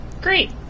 Great